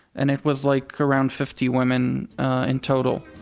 and it was like around fifty women in total.